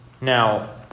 Now